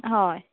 हय